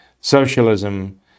socialism